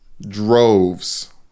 droves